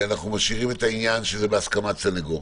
ואנחנו משאירים את העניין שזה בהסכמת סנגור,